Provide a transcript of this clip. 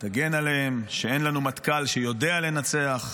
תגן עליהם, שאין לנו מטכ"ל שיודע לנצח,